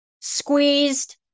squeezed